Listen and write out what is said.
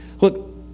look